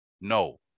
No